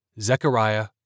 Zechariah